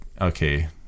okay